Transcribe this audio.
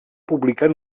publicar